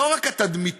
לא רק התדמיתי,